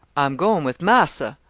i am going with marser,